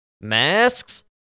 masks